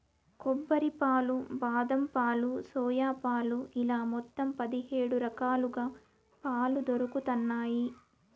కొబ్బరి పాలు, బాదం పాలు, సోయా పాలు ఇలా మొత్తం పది హేడు రకాలుగా పాలు దొరుకుతన్నాయి